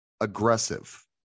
aggressive